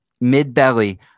mid-belly